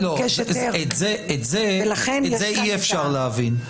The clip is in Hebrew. את זה אי-אפשר להבין,